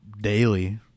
daily